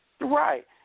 Right